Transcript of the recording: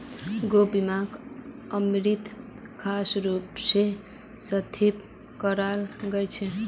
gap बीमाक अमरीकात खास रूप स स्थापित कराल गेल छेक